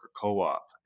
co-op